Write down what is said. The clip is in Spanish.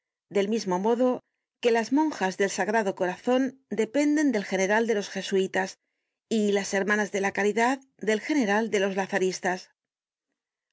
del mismo modo que las monjas del sagrado corazon dependen del general de los jesuítas y las hermanas de la caridad del general de los lazaristas